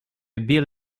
bill